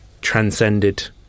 transcended